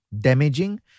damaging